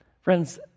Friends